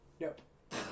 nope